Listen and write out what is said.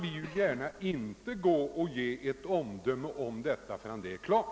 Vi kunde ju inte gärna ge något omdöme om betänkandet förrän det var klart.